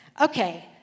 Okay